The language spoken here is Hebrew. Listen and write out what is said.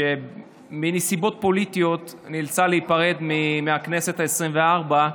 שבגלל נסיבות פוליטיות נאלצה להיפרד מהכנסת העשרים-וארבע.